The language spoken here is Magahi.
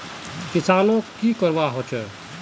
किसानोक की करवा होचे?